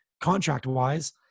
contract-wise